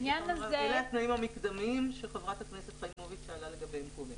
אלה התנאים המקדמיים שחברת הכנסת חיימוביץ' שאלה לגביהם קודם.